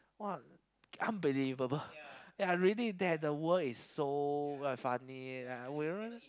what unbelievable ya I really that the world is so quite funny like we